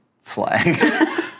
flag